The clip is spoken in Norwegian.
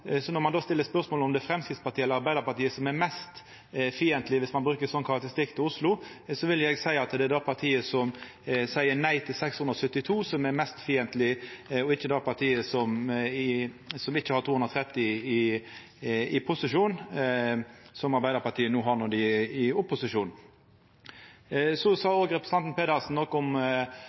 Så når ein stiller spørsmålet om det er Framstegspartiet eller Arbeidarpartiet som er mest fiendtleg, dersom ein bruker eit slik karakteristikk, til Oslo, vil eg seia at det er det partiet som seier nei til 672 mill. kr, som er mest fiendtleg, og ikkje det partiet som ikkje har 230 mill. kr i posisjon, men som Arbeidarpartiet har når dei er i opposisjon. Så sa også representanten Pedersen noko om